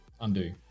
undo